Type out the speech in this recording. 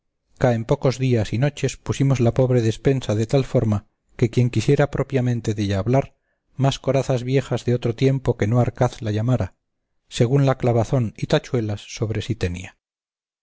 ca en pocos días y noches pusimos la pobre despensa de tal forma que quien quisiera propiamente della hablar más corazas viejas de otro tiempo que no arcaz la llamara según la clavazón y tachuelas sobre sí tenía